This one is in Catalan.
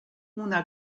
una